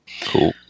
Cool